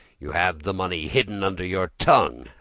you have the money hidden under your tongue.